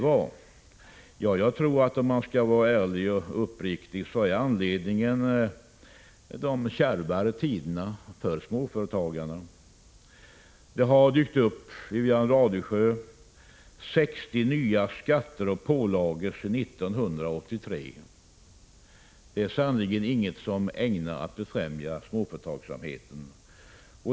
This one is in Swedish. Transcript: Om jag skall vara ärlig och uppriktig, tror jag att anledningen är de kärvare tiderna för småföretagarna. Det har, Wivi-Anne Radesjö, dykt upp 60 nya skatter och pålagor sedan 1983. Det är sannerligen inget som är ägnat att främja småföretagsamheten.